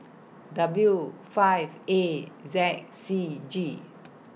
W five A Z C G